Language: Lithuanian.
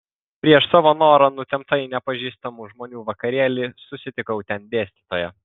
prieš savo norą nutempta į nepažįstamų žmonių vakarėlį susitikau ten dėstytoją